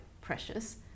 precious